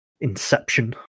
Inception